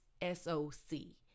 S-O-C